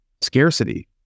scarcity